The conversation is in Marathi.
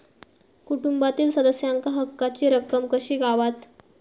कुटुंबातील सदस्यांका हक्काची रक्कम कशी गावात?